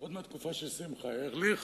עוד מהתקופה של שמחה ארליך,